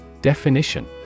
Definition